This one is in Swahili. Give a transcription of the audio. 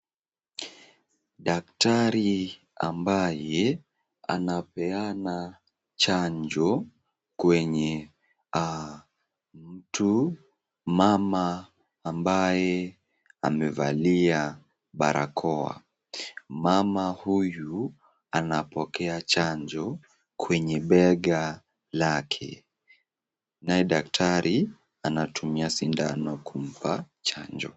Daktari ambaye anapeana chanjo kwenye mtu, mama ambaye amevalia barakoa. Mama huyu anapokea chanjo kwenye bega lake naye daktari anatumia sindano kumpa chanjo.